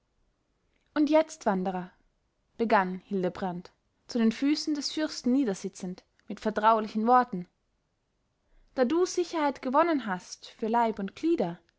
und jetzt wanderer begann hildebrand zu den füßen des fürsten niedersitzend mit vertraulichen worten da du sicherheit gewonnen hast für leib und glieder